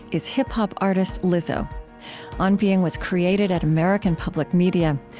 is hip-hop artist lizzo on being was created at american public media.